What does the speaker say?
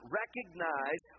recognize